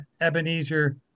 Ebenezer